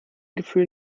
gefühl